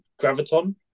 Graviton